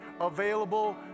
available